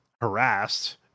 harassed